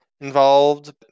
involved